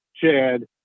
Chad